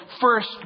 first